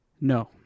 No